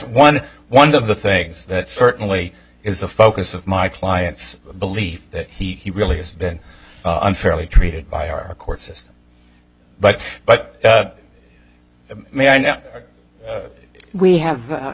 one one of the things that certainly is the focus of my client's belief that he really has been unfairly treated by our court system but but me i know we have a